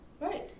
right